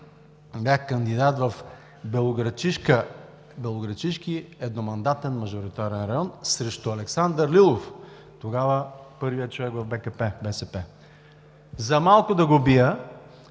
бях кандидат в Белоградчишки едномандатен мажоритарен район срещу Александър Лилов – тогава първия човек в БКП-БСП – за малко да го бия.